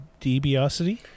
Debiosity